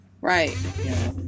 Right